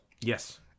Yes